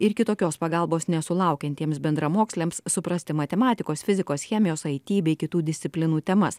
ir kitokios pagalbos nesulaukiantiems bendramoksliams suprasti matematikos fizikos chemijos ai ti bei kitų disciplinų temas